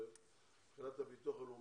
מבחינת הביטוח הלאומי,